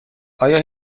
آیا